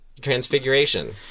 transfiguration